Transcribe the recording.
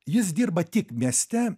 jis dirba tik mieste